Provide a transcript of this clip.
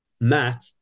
matt